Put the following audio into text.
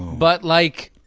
but, like,